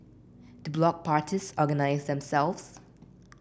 do block parties organise themselves